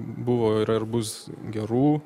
buvo yra ir bus gerų